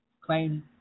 claim